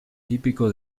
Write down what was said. típico